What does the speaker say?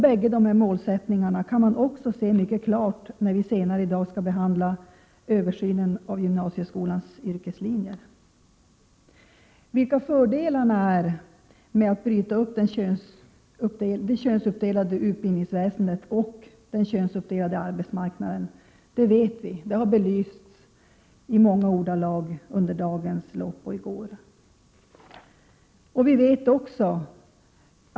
Bägge dessa målsättningar kan man se mycket klart också när vi senare i dag skall behandla översynen av gymnasieskolans yrkeslinjer. Vilka fördelarna är med att bryta upp det könsuppdelade utbildningsväsendet och den könsuppdelade arbetsmarknaden vet vi. Det har belysts utförligt under dagens lopp och i går.